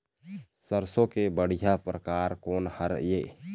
सरसों के बढ़िया परकार कोन हर ये?